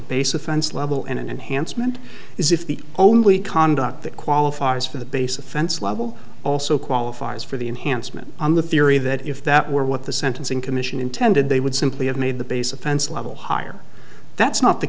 base offense level and an enhancement is if the only conduct that qualifies for the base offense level also qualifies for the enhancement on the theory that if that were what the sentencing commission intended they would simply have made the base offense level higher that's not the